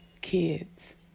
kids